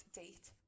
date